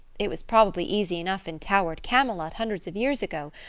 it was probably easy enough in towered camelot hundreds of years ago,